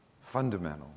Fundamental